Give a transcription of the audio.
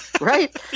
right